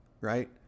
right